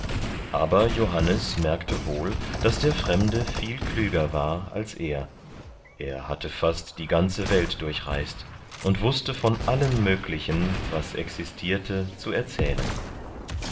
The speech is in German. aber johannes merkte wohl daß der fremde viel klüger war als er er hatte fast die ganze welt durchreist und wußte von allem möglichen was existierte zu erzählen